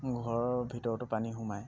ঘৰৰ ভিতৰতো পানী সোমায়